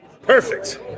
Perfect